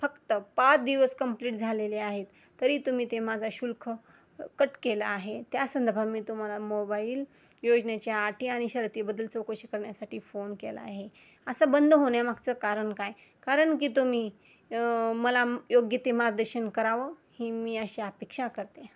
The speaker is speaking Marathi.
फक्त पाच दिवस कंप्लीट झालेले आहेत तरी तुम्ही ते माझा शुल्क कट केला आहे त्या संदर्भात मी तुम्हाला मोबाईल योजनेच्या अटी आणि शर्तीबद्दल चौकशी करण्यासाठी फोन केला आहे असं बंद होण्यामागचं कारण काय कारण की तुम्ही मला योग्य ते मार्गदर्शन करावं ही मी अशी अपेक्षा करते